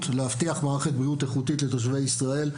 להבטיח מערכת בריאות איכותית לתושבי ישראל.